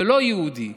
ולא יהודי,